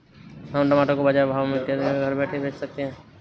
हम टमाटर को बाजार भाव में घर बैठे कैसे बेच सकते हैं?